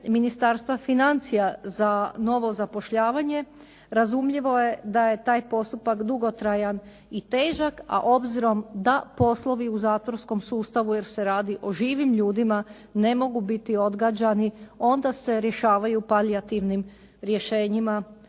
Ministarstva financija za novo zapošljavanje razumljivo je da je taj postupak dugotrajan i težak, a obzirom da poslovi u zatvorskom sustavu, jer se radi o živim ljudima, ne mogu biti odgađani, onda se rješavaju palijativnim rješenjima,